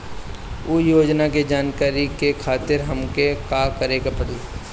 उ योजना के जानकारी के खातिर हमके का करे के पड़ी?